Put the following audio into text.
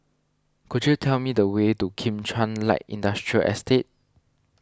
could you tell me the way to Kim Chuan Light Industrial Estate